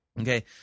Okay